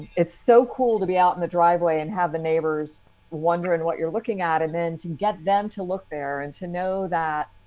it's so cool to be out in the driveway and have the neighbors wondering what you're looking at and then to get them to look there and to know that,